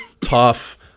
tough